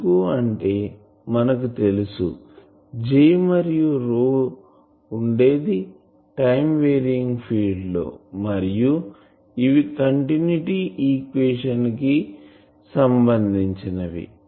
ఎందుకంటే మనకు తెలుసు J మరియు ఉండేది టైం వేరియింగ్ ఫీల్డ్ లో మరియు ఇవి కంటిన్యూటీ ఈక్వేషన్ కి సంబందించినవి